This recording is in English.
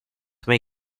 may